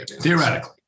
Theoretically